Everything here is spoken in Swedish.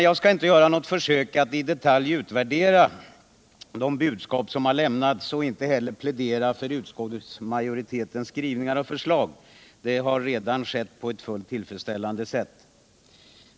Jag skall inte här göra något försök att i detalj utvärdera de budskap som har lämnats och inte heller plädera för utskottsmajoritetens skrivningar och förslag. Det har redan gjorts på ett fullt tillfredsställande sätt.